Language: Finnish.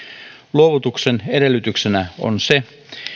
luovutuksen edellytyksenä on se